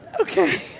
Okay